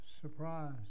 Surprise